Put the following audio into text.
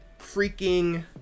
freaking